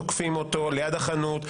תוקפים אותו ליד החנות,